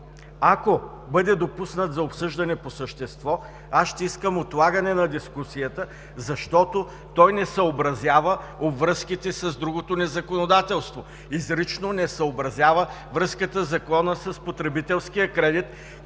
ако бъде допуснат за обсъждане по същество, аз ще искам отлагане на дискусията, защото той не съобразява обвръзките с другото ни законодателство, изрично не съобразява връзката със Закона за потребителския кредит,